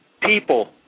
people